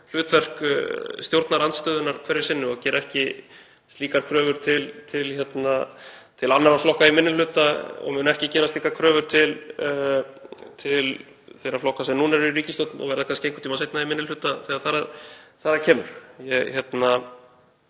hlutverk stjórnarandstöðunnar hverju sinni og geri ekki slíkar kröfur til til annarra flokka í minni hluta og mun ekki gera slíkar kröfur til þeirra flokka sem núna eru í ríkisstjórn og verða kannski einhvern tímann seinna í minni hluta þegar þar að kemur.